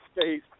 space